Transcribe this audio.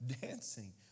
dancing